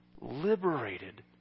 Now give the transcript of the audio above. liberated